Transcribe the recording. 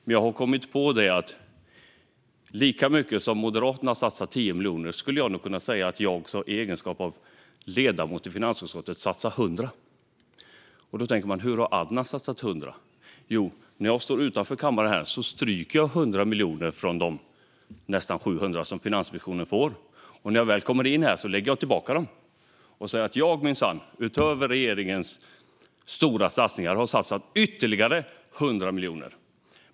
Men jag har kommit på att likaväl som Moderaterna satsar 10 miljoner skulle nog jag i egenskap av ledamot i finansutskottet kunna säga att jag satsar 100 miljoner. Då tänker man: Hur har Adnan kunnat satsa 100 miljoner? Jo, när jag står utanför kammaren här stryker jag 100 miljoner från de nästan 700 miljoner som Finansinspektionen får, och när jag väl kommer in här lägger jag tillbaka dem och säger att jag minsann, utöver regeringens stora satsningar, har satsat ytterligare 100 miljoner.